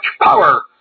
power